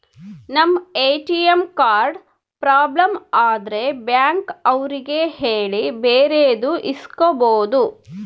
ನಮ್ ATM card problem ಆದ್ರೆ bank ಅವ್ರಿಗೆ ಹೇಳಿ ಬೇರೆದು ಇಸ್ಕೊಬೋದು